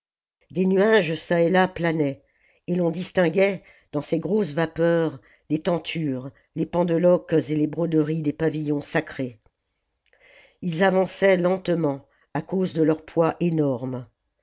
des nuages çà et là planaient et l'on distinguait dans ces grosses vapeurs les tentures les pendeloques et les broderies des pavillons sacrés ils avançaient lentement à cause de leur poids énorme